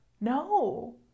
no